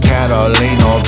Catalina